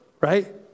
right